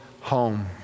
home